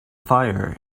fire